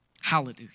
Hallelujah